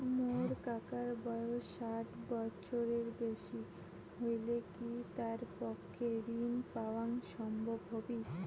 মোর কাকার বয়স ষাট বছরের বেশি হলই কি তার পক্ষে ঋণ পাওয়াং সম্ভব হবি?